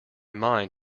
mind